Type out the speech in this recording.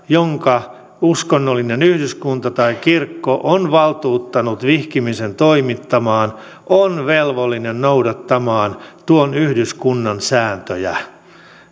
jonka uskonnollinen yhdyskunta tai kirkko on valtuuttanut vihkimisen toimittamaan on velvollinen noudattamaan tuon yhdyskunnan sääntöjä